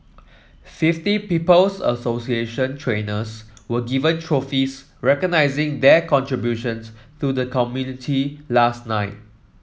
fifty People's Association trainers were given trophies recognising their contributions to the community last night